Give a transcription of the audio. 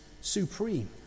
supreme